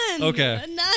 Okay